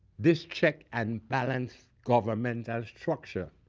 this check and balance governmental structure